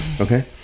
okay